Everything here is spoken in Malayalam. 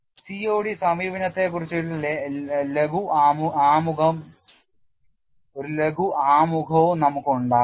COD -Definition COD സമീപനത്തെക്കുറിച്ച് ഒരു ലഘു ആമുഖവും നമുക്ക് ഉണ്ടാകും